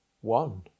one